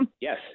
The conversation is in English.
Yes